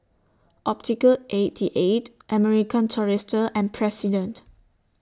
Optical eighty eight American Tourister and President